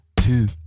two